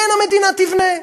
כן, המדינה תבנה.